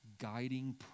guiding